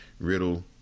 Riddle